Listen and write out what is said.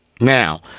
Now